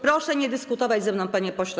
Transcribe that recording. Proszę nie dyskutować ze mną, panie pośle.